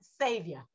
savior